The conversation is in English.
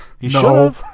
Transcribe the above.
No